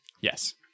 Yes